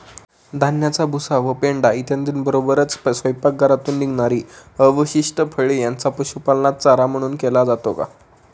धान्याचा भुसा व पेंढा इत्यादींबरोबरच स्वयंपाकघरातून निघणारी अवशिष्ट फळे यांचा पशुपालनात चारा म्हणून केला जातो